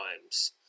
times